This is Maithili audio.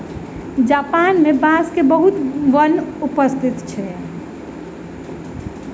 जापान मे बांस के बहुत वन उपस्थित अछि